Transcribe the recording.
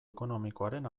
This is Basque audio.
ekonomikoaren